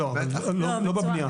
לא בבנייה.